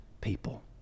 people